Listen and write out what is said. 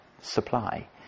supply